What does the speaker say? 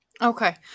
Okay